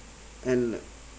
and